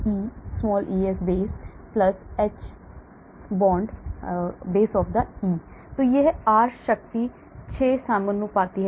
Enon bond EvdW Ees EHbond यह r शक्ति 6 के समानुपाती है